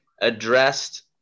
addressed